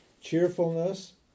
Cheerfulness